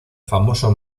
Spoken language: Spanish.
famoso